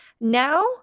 Now